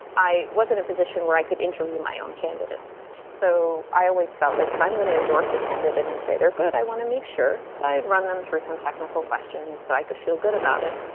i was in a position where i could interview my own candidates so i always felt like if i'm going to endorse a candidate and say, they're good. i want to make sure. so i i run them through some technical questions, so i could feel good about it.